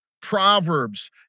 Proverbs